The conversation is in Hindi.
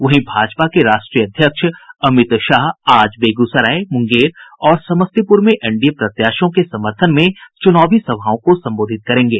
वहीं भाजपा के राष्ट्रीय अध्यक्ष अमित शाह आज बेगूसराय मूंगेर और समस्तीपूर में एनडीए प्रत्याशियों के समर्थन में चूनावी सभाओं को संबोधित करेंगे